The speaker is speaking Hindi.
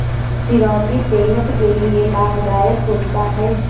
चिरौंजी सेहत के लिए लाभदायक होता है